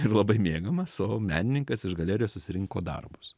ir labai mėgiamas o menininkas iš galerijos susirinko darbus